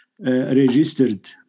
registered